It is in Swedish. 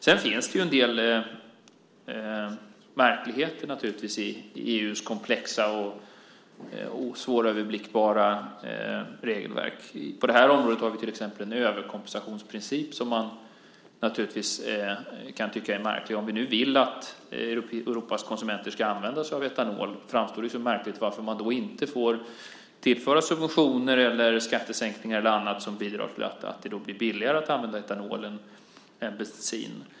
Sedan finns det naturligtvis en del märkligheter i EU:s komplexa och svåröverblickbara regelverk. På det här området har vi till exempel en överkompensationsprincip som man kan tycka är märklig. Om vi nu vill att Europas konsumenter ska använda sig av etanol framstår det som märkligt att man inte får tillföra subventioner, skattesänkningar eller annat som bidrar till detta, så att det blir billigare att använda etanol än bensin.